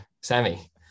Sammy